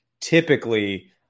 typically